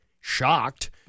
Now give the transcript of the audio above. shocked